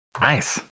Nice